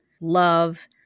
love